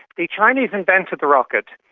the chinese invented the rocket.